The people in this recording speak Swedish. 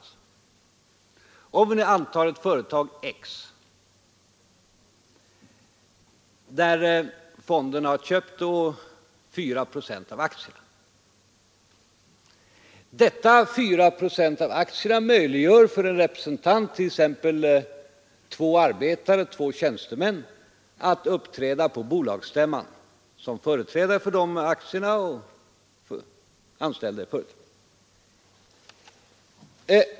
Låt oss anta ett företag X där fonden har köpt 4 procent av aktierna. Dessa 4 procent av aktierna möjliggör för några representanter, t.ex. två arbetare och två tjänstemän, att delta på bolagsstämman som företrädare för de anställda i företaget.